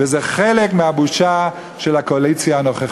וזה חלק מהבושה של הקואליציה הנוכחית,